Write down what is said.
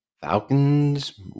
Falcons